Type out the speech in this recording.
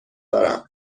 دارم